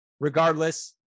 regardless